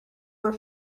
were